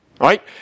Right